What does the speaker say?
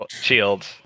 shields